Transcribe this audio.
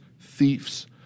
thieves